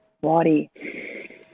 body